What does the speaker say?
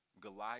Goliath